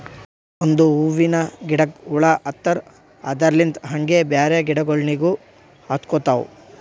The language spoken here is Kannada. ಒಂದ್ ಹೂವಿನ ಗಿಡಕ್ ಹುಳ ಹತ್ತರ್ ಅದರಲ್ಲಿಂತ್ ಹಂಗೆ ಬ್ಯಾರೆ ಗಿಡಗೋಳಿಗ್ನು ಹತ್ಕೊತಾವ್